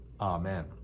Amen